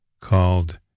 called